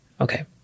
Okay